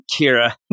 Kira